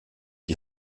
die